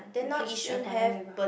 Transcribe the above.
which is at paya lebar